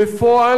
בפועל,